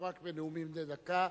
לא רק בנאומים בני דקה.